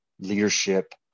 leadership